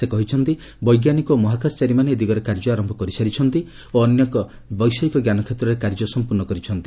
ସେ କହିଛନ୍ତି ବୈଜ୍ଞାନିକ ଓ ମହାକାଶଚାରୀମାନେ ଏ ଦିଗରେ କାର୍ଯ୍ୟ ଆରମ୍ଭ କରିସାରିଛନ୍ତି ଓ ଅନେକ ବୈଷୟିକ ଜ୍ଞାନକ୍ଷେତ୍ରରେ କାର୍ଯ୍ୟ ସମ୍ପୂର୍ଣ୍ଣ କରିଛନ୍ତି